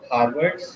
Harvard